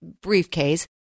briefcase